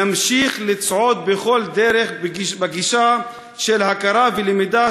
נמשיך לצעוד בכל דרך בגישה של הכרה ולמידה